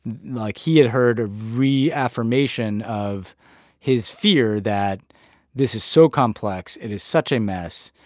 like, he had heard a reaffirmation of his fear that this is so complex. it is such a mess.